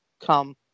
come